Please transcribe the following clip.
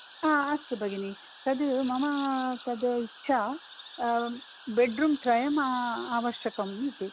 हा अस्तु भगिनि तद् मम तद् इच्छा बेड्रूम् त्रयम् आवश्यकम् इति